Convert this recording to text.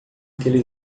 aquele